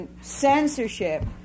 censorship